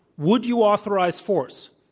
would you authorize force?